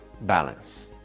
balance